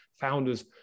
founders